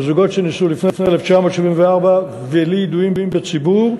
לזוגות שנישאו לפני 1974 ולידועים בציבור,